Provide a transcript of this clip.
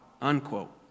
unquote